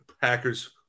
Packers